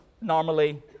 normally